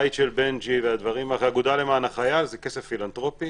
הבית של בנג'י והאגודה למען החייל זה כסף פילנתרופי